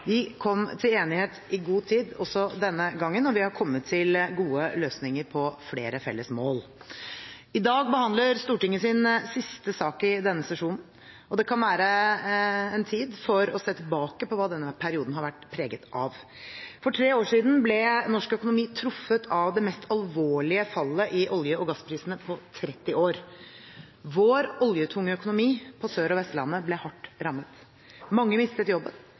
Vi kom til enighet i god tid også denne gangen, og vi har kommet til gode løsninger på flere felles mål. I dag behandler Stortinget sin siste sak i denne sesjonen. Det kan være en tid for å se tilbake på hva denne perioden har vært preget av. For tre år siden ble norsk økonomi truffet av det mest alvorlige fallet i olje- og gassprisene på 30 år. Vår oljetunge økonomi på Sør- og Vestlandet ble hardt rammet. Mange mistet jobben,